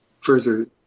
further